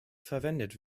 verwendet